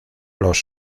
los